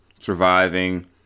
surviving